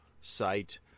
site